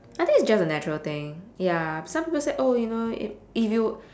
I think it's just a natural thing ya some people said oh you know if if you